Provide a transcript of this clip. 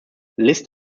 list